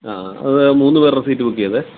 അ അത് മൂന്നു പേരുടെ സീറ്റ് ബുക്ക് ചെയ്തെ